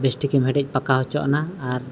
ᱵᱮᱥ ᱴᱷᱤᱠᱮᱢ ᱦᱮᱰᱮᱡ ᱯᱟᱠᱟᱣ ᱪᱚᱣᱟᱜᱼᱟ ᱟᱨ